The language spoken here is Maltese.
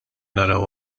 naraw